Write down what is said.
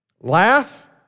Laugh